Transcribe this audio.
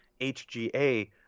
HGA